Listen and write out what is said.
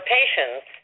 patients